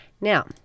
Now